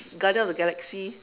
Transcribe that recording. Guardian of the Galaxy